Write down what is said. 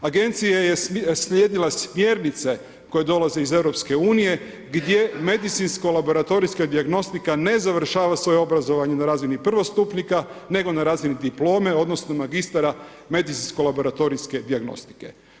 Agencija je slijedila smjernice koje dolaze iz EU-a gdje medicinsko-laboratorijska dijagnostika ne završava svoje obrazovanje na razini prvostupnika nego na razini diplome odnosno magistara medicinsko-laboratorijske dijagnostike.